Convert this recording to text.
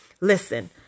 Listen